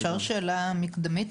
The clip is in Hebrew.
יובל, אפשר שאלה מקדמית?